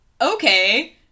okay